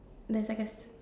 the second